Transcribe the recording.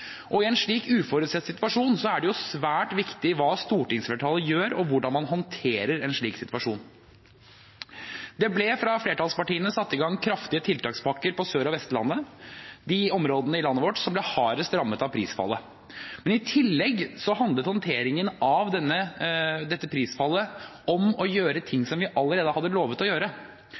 pst. I en slik uforutsett situasjon er det svært viktig hva stortingsflertallet gjør, og hvordan man håndterer en slik situasjon. Det ble fra flertallspartiene satt i gang kraftige tiltakspakker på Sør- og Vestlandet, i de områdene i landet vårt som ble hardest rammet av prisfallet. Men i tillegg handlet håndteringen av dette prisfallet om å gjøre ting som vi allerede hadde lovet å gjøre.